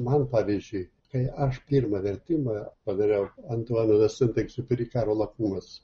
man pavyzdžiui kai aš pirmą vertimą padariau antuano de santegziuperi karo lakūnas